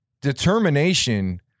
determination